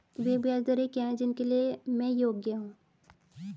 वे ब्याज दरें क्या हैं जिनके लिए मैं योग्य हूँ?